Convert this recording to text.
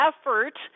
effort